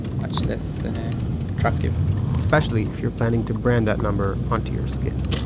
much less attractive especially if your planing to brand that number on to your skin,